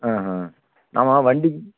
ஆஹான் ஆமா வண்டிக்கு